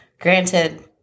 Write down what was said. Granted